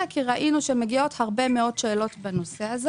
כי ראינו שמגיעות הרבה מאוד שאלות בנושא.